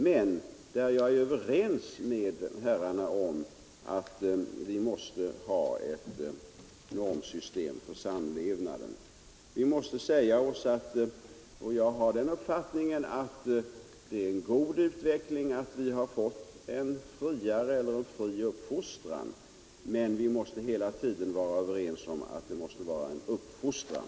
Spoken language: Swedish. Men jag är överens med herrarna om att vi måste ha ett normsystem för samlevnaden. Jag har den uppfattningen att det är en god utveckling att vi har fått en fri uppfostran, men det väsentliga är att det skall vara en uppfostran